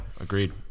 Agreed